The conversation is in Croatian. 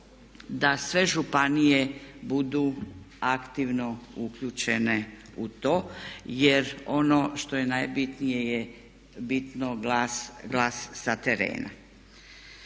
da sve županije budu aktivno uključene u to jer ono što je najbitnije je bitno glas sa terena.